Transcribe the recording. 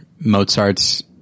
Mozart's